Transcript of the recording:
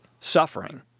suffering